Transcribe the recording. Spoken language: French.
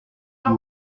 tout